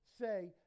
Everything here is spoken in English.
say